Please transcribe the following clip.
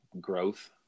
growth